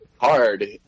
hard